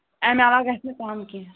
اَمہِ علاوٕ گژھِ نہٕ کَم کیٚنہہ